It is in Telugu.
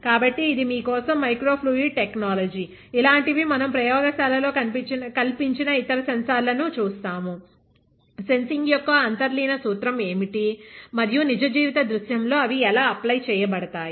కాబట్టి ఇది మీ కోసం మైక్రో ఫ్లూయిడ్ టెక్నాలజీ ఇలాంటి వి మనం ప్రయోగశాలలో కల్పించిన ఇతర సెన్సార్లను చూస్తాము సెన్సింగ్ యొక్క అంతర్లీన సూత్రం ఏమిటి మరియు నిజ జీవిత దృశ్యం లో అవి ఎలా అప్లై చేయబడతాయి